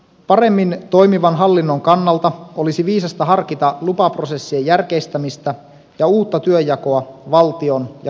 paremmin toimivan hallinnon kannalta olisi viisasta harkita lupaprosessien järkeistämistä ja uutta työnjakoa valtion ja kuntien kesken